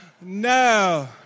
No